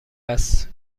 است